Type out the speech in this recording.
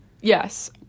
Yes